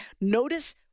notice